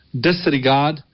disregard